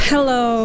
Hello